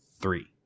three